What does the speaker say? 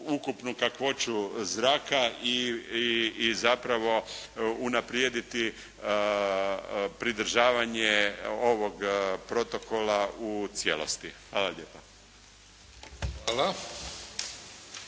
kakvoću zraka i zapravo unaprijediti pridržavanje ovog protokola u cijelosti. Hvala lijepa.